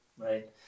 right